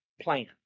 plan